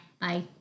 Bye